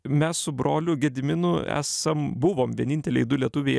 mes su broliu gediminu esam buvom vieninteliai du lietuviai